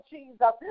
Jesus